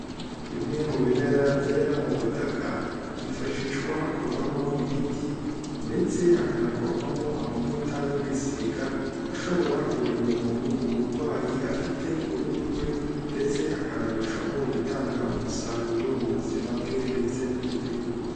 Bimwe mu bimera byera mu butaka, byifashishwa hakorwamo imiti ndetse hakanakorwamo amavuta yo kwisiga, ashobora kurinda umuntu uburwayi afite ku ruhu rwe ndetse akanarushaho gutanga umusaruro mu buzima bwe ndetse no ku gihugu.